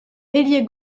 ailier